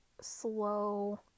slow